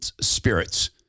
spirits